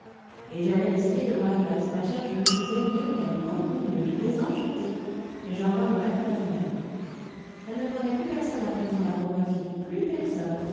et j'allai l'essayer devant la glace ma chère je le faisais mieux qu'elle beaucoup mieux j'étais enchantée et je revins me mettre à la fenêtre elle ne prenait plus personne à présent la pauvre fille plus personne